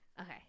Okay